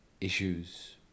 issues